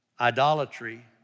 Idolatry